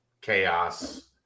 chaos